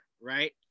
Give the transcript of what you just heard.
right